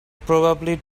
probably